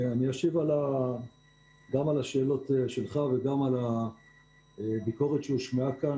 אני אשיב גם על השאלות שלך וגם על הביקורת שהושמעה כאן.